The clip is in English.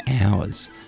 hours